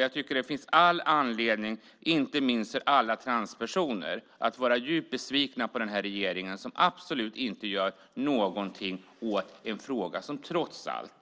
Jag tycker att det finns all anledning, inte minst för alla transpersoner, att vara djupt besviken på regeringen som absolut inte gör någonting åt en fråga som trots allt